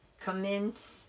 Commence